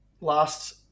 last